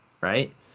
right